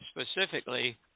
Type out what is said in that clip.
specifically